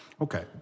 Okay